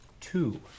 Two